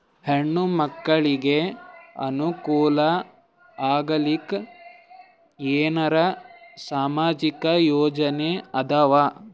ಹೆಣ್ಣು ಮಕ್ಕಳಿಗೆ ಅನುಕೂಲ ಆಗಲಿಕ್ಕ ಏನರ ಸಾಮಾಜಿಕ ಯೋಜನೆ ಇದಾವ?